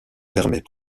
permet